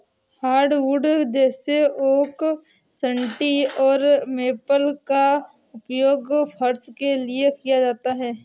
hardwood जैसे oak सन्टी और मेपल का उपयोग फर्श के लिए किया जाता है